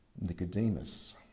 Nicodemus